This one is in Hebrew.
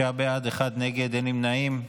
תשעה בעד, אחד נגד, אין נמנעים.